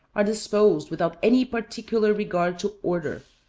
are disposed without any particular regard to order,